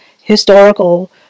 historical